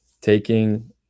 taking